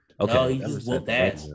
Okay